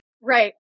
Right